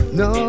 no